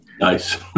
Nice